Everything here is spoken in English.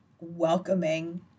welcoming